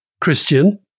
Christian